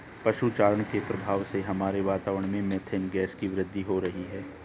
पशु चारण के प्रभाव से हमारे वातावरण में मेथेन गैस की वृद्धि हो रही है